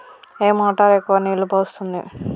ఏ motor ఎక్కువ నీళ్లు పోస్తుంది?